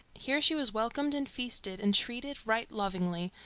here she was welcomed and feasted and treated right lovingly,